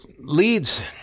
leads